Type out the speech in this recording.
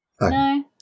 No